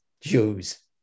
Jews